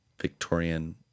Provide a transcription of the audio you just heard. Victorian